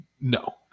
No